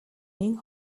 нэн